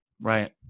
Right